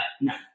no